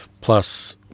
plus